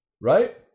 Right